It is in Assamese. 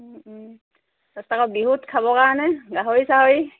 বিহুত খাবৰ কাৰণে গাহৰি চাহৰি